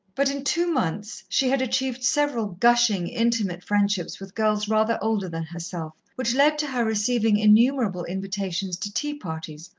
but in two months she had achieved several gushing, intimate friendships with girls rather older than herself, which led to her receiving innumerable invitations to tea-parties,